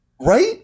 Right